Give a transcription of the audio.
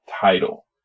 title